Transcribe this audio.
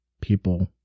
people